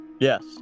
Yes